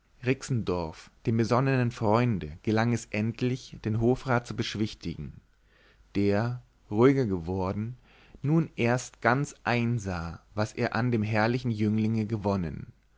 rixendorf dem besonnenen freunde gelang es endlich den hofrat zu beschwichtigen der ruhiger geworden nun erst ganz einsah was er an dem herrlichen jünglinge gewonnen